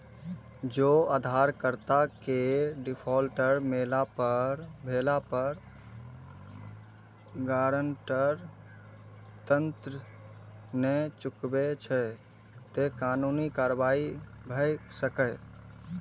जौं उधारकर्ता के डिफॉल्टर भेला पर गारंटर ऋण नै चुकबै छै, ते कानूनी कार्रवाई भए सकैए